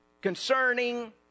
concerning